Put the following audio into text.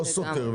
לא סותר.